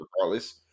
regardless